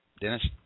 Dennis